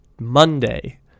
Monday